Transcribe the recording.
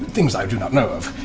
things i do not know of.